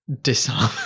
disarm